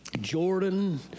Jordan